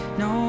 no